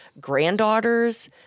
granddaughters